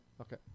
Okay